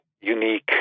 unique